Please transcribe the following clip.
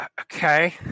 Okay